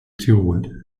tirol